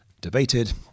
debated